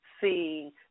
seeing